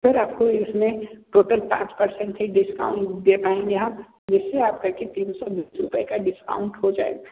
sir आपको इसमें total पाँच परसेंट ही डिस्काउंट दे पाएंगे हम जिससे आपका तीन सौ बीस रुपये का डिस्काउंट हो जाएगा